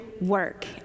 work